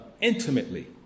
intimately